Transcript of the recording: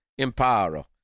imparo